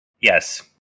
yes